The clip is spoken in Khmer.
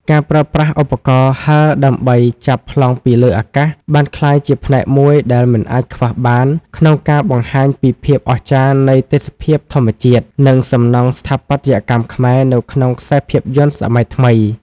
ការប្រើប្រាស់ឧបករណ៍ហើរដើម្បីចាប់ប្លង់ពីលើអាកាស បានក្លាយជាផ្នែកមួយដែលមិនអាចខ្វះបានក្នុងការបង្ហាញពីភាពអស្ចារ្យនៃទេសភាពធម្មជាតិ និងសំណង់ស្ថាបត្យកម្មខ្មែរនៅក្នុងខ្សែភាពយន្តសម័យថ្មី។